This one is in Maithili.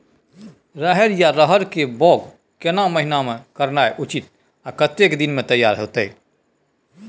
रहरि या रहर के बौग केना महीना में करनाई उचित आ कतेक दिन में तैयार होतय?